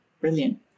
Brilliant